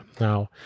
Now